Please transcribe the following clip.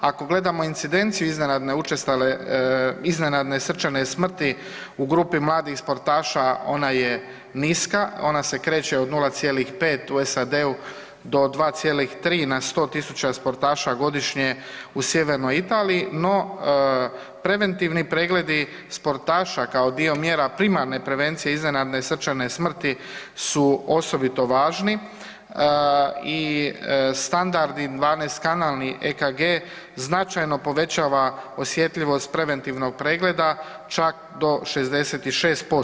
Ako gledamo incidenciju iznenadne učestale, iznenadne srčane smrti u grupi mladih sportaša ona je niska, ona se kreće od 0,5 u SAD-u do 2,3 na 100.000 sportaša godišnje u Sjevernoj Italiji, no preventivni pregledi sportaša kao dio mjera primarne prevencije iznenadne srčane smrti su osobito važni i standardi 12 kanalnih EKG značajno povećava osjetljivost preventivnog pregleda čak do 66%